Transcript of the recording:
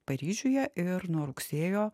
paryžiuje ir nuo rugsėjo